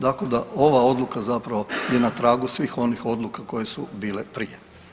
Tako da ova odluka zapravo je na tragu svih onih odluka koje su bile prije.